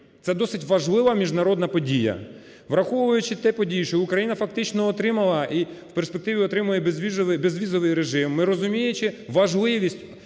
Це досить важлива міжнародна подія. Враховуючи те, що Україна фактично отримала і в перспективі отримає безвізовий режим, ми, розуміючи важливість